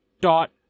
dot